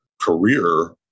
career